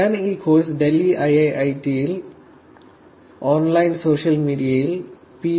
ഞാൻ ഈ കോഴ്സ് ഡൽഹി ഐഐഐടിയിൽ ഓൺലൈൻ സോഷ്യൽ മീഡിയയിൽ പി